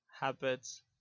habits